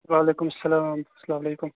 وَعلیکُم اسَلام اَسلامُ عَلیکُم